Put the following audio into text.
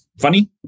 funny